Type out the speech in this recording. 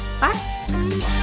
Bye